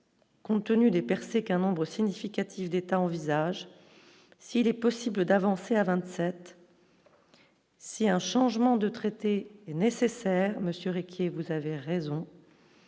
compte tenu des percées qu'un nombre significatif d'États envisage, s'il est possible d'avancer à 27 c'est un changement de traité est nécessaire, monsieur Recchi et vous avez raison,